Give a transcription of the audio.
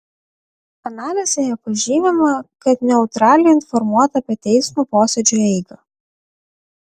analizėje pažymima kad neutraliai informuota apie teismo posėdžių eigą